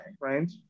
right